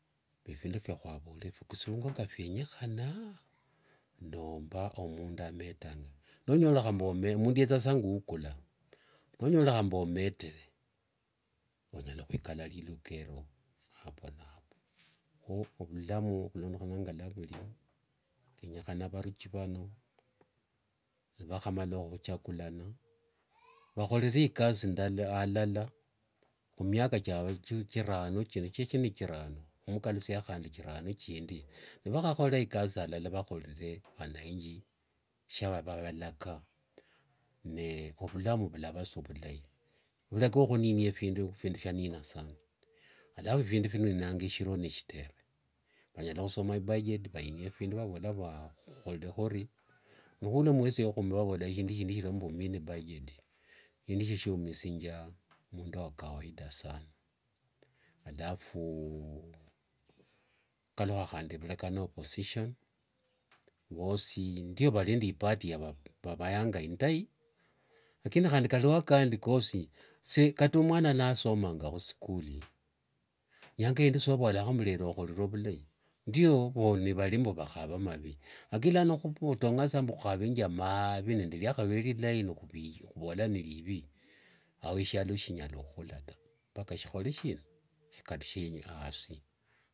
Mbu phindu phiakhwavola phikuisivua nga phienyekhana nomba omundu ametanga nonyolekhana mbu mundu yetha saa ngukula, nonyolekhana mbu ometere, vanyala hwikala saa liiluka elo hapo napo. Kho ovulamu khulondekhana nga, phienyekhana varuchi vano, nivakhamala khuvhagulana, vakholere ikasi ndala alala humiaka chirano, senechirano, humukalusiayo thirano chindi. Nivakhakhola ikasi andala, vakhorere vananchi shiavava nivavalaka. Ne vulamu vwalava sa vulai. Vuleka wa khuninia phindu, phindu phianina sana. Alafu phindu vininanga eshiro neshitere. Vanyala khusoma i budget, vainia phindu vavola. Nikhula mwesi ekhumi ni ibudget, sindu eshio shiumisingia mundu wa kawaida sana alaf nikhukalukha vureka na opposition phosi, ndio ilinende ipart yavavayanga indai lakini handi khulio akandi kosi kata mwana nasomanga khusikuli, nyanga indi sovolakho mbu okhorere vulai, ndio valio vakhava mavi lakini lano nikhutonngasa mbu khukhavenge mavii nende liakhavere lilai nikhuvola nelivi, ao shialo sishinyala khukhula ta. Mpaka shikhole shina shakalukhe asi.